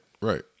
Right